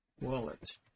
wallet